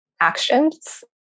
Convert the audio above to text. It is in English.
actions